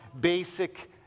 basic